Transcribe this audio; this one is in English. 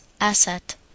asset